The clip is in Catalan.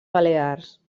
balears